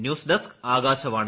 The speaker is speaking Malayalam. news desk Akashvani